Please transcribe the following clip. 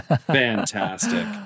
fantastic